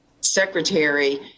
secretary